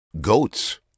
Goats